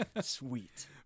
Sweet